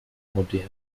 modern